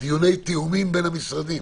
דיוני תיאומים בין המשרדים